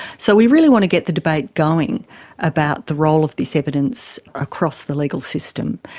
so we really want to get the debate going about the role of this evidence across the legal system.